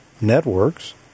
networks